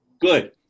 good